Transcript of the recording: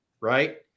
Right